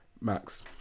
Max